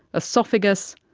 ah oesophagus,